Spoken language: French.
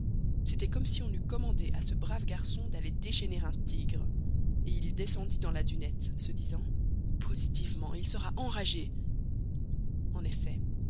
c'était comme si on eût commandé à ce brave garçon d'aller déchaîner un tigre et il descendit dans la dunette se disant positivement il sera enragé en effet